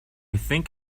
think